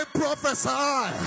prophesy